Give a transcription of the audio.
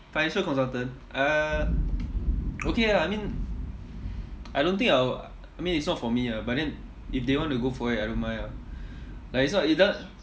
financial consultant uh okay lah I mean I don't think I will I mean it's not for me ah but then if they want to go for it I don't mind ah like it's not you don't want